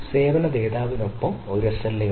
സേവന ദാതാവിനൊപ്പം ഒരു എസ്എൽഎ ഉണ്ട്